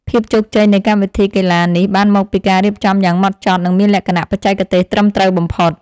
ភាពជោគជ័យនៃកម្មវិធីកីឡានេះបានមកពីការរៀបចំយ៉ាងហ្មត់ចត់ និងមានលក្ខណៈបច្ចេកទេសត្រឹមត្រូវបំផុត។